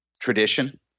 tradition